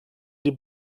die